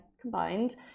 combined